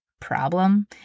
problem